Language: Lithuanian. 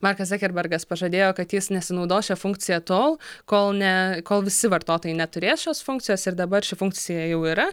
markas zakerbergas pažadėjo kad jis nesinaudos šia funkcija tol kol ne kol visi vartotojai neturės šios funkcijos ir dabar ši funkcija jau yra